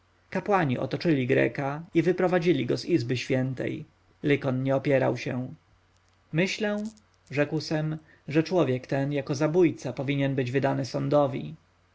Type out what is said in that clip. kapłani otoczyli greka i wyprowadzili go z izby świętej lykon nie opierał się myślę rzekł sem że człowiek ten jako zabójca powinien być wydany sądowi